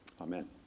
amen